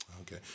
Okay